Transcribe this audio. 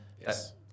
Yes